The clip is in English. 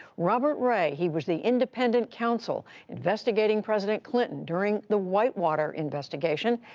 robert ray, he was the independent counsel investigating president clinton during the whitewater investigation.